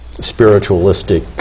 spiritualistic